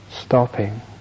stopping